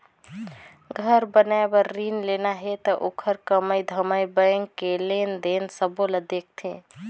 घर बनाए बर रिन लेना हे त ओखर कमई धमई बैंक के लेन देन सबो ल देखथें